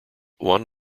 juan